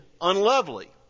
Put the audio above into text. unlovely